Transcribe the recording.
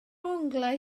onglau